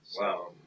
Wow